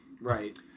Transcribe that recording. Right